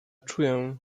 czuję